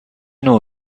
نوع